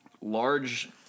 large